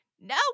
no